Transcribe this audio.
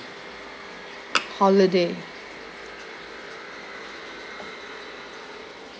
holiday